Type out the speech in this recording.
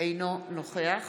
אינו נוכח